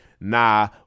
nah